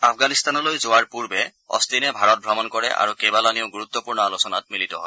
আফগানিস্তানলৈ যোৱাৰ পূৰ্বে অষ্টিনে ভাৰত ভ্ৰমণ কৰে আৰু কেইবালানিও গুৰুত্পূৰ্ণ আলোচনাত মিলিত হয়